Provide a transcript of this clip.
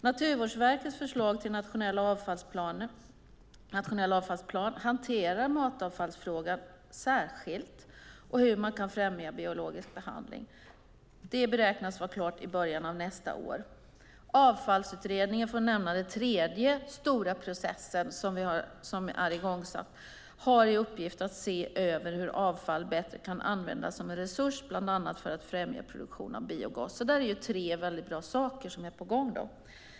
Naturvårdsverkets förslag till nationell avfallsplan hanterar matavfallsfrågan särskilt och hur man kan främja biologisk behandling. Det beräknas vara klart i början av nästa år. Avfallsutredningen är den tredje stora processen som är igångsatt. Den har i uppgift att se över hur avfall bättre kan användas som en resurs bland annat för att främja produktion av biogas. Det är väldigt bra saker som är på gång.